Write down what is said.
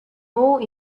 more